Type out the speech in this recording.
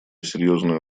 серьезную